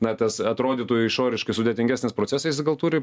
na ir tas atrodytų išoriškai sudėtingesniais procesais gal turi